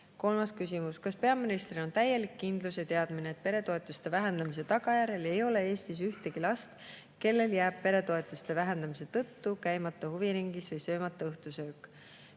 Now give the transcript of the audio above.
küsimus: "Kas Peaministril on täielik kindlus ja teadmine, et peretoetuste vähendamise tagajärjel ei ole Eestis ühtegi last kellel jääb peretoetuste vähendamise tõttu käimata huviringisvõi söömata õhtusöök?"